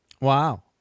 Wow